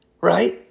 right